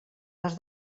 les